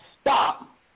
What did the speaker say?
stop